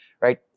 Right